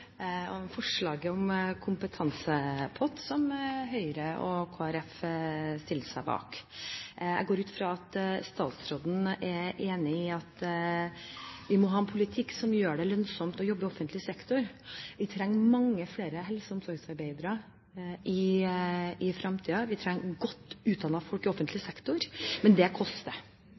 på forslaget om en kompetansepott som Høyre og Kristelig Folkeparti stiller seg bak. Jeg går ut fra at statsråden er enig i at vi må ha en politikk som gjør det lønnsomt å jobbe i offentlig sektor. Vi trenger mange flere helse- og omsorgsarbeidere i fremtiden. Vi trenger godt utdannede folk i offentlig sektor, men det koster.